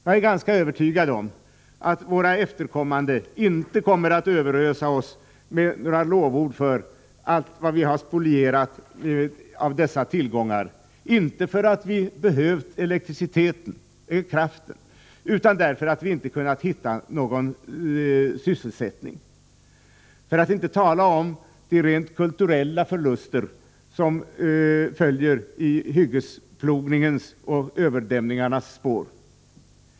Jag är ganska övertygad om att våra efterkommande inte kommer att överösa oss med lovord för att vi har spolierat dessa tillgångar, inte därför att vi har behövt elkraften utan därför att vi inte har kunnat hitta någon sysselsättning — för att inte tala om de rent kulturella förluster som följer i hyggesplogningens och överdämningarnas spår.